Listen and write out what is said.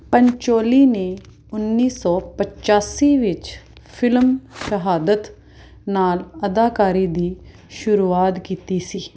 ਪੰਚੋਲੀ ਨੇ ਉੱਨੀ ਸੌ ਪਚਾਸੀ ਵਿੱਚ ਫਿਲਮ ਸ਼ਹਾਦਤ ਨਾਲ ਅਦਾਕਾਰੀ ਦੀ ਸ਼ੁਰੂਆਤ ਕੀਤੀ ਸੀ